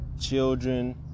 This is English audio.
children